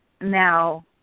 now